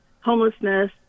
homelessness